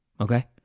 Okay